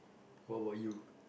what about you